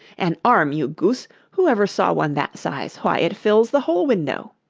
an arm, you goose! who ever saw one that size? why, it fills the whole window